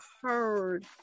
heard